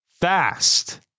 fast